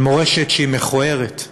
על מורשת שהיא מכוערת.